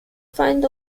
find